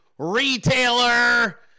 retailer